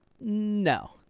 No